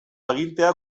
agintea